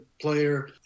player